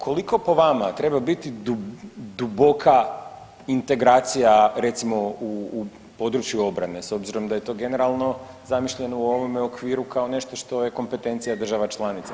Koliko po vama treba biti duboka integracija recimo u području obrane s obzirom da je to generalno zamišljeno u ovome okviru kao nešto što je kompetencija država članica.